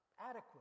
adequate